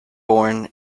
born